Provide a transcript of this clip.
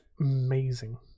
amazing